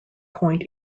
point